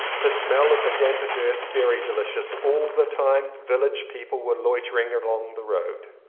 the smell of the dampened earth very delicious. all the time village people were loitering along the road.